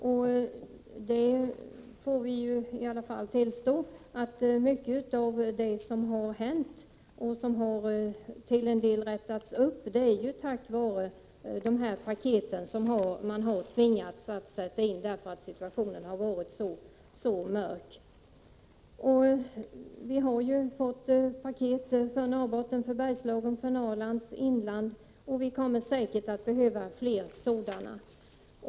Men vi får väl i alla fall tillstå att mycket av det som hänt har skett tack vare de paket som man har tvingats sätta in, därför att situationen har varit så mörk. Vi har fått paket för Norrbotten, Bergslagen och Norrlands inland, och vi kommer säkert att behöva fler sådana.